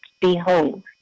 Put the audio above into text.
Behold